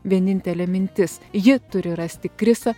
vienintelė mintis ji turi rasti kristą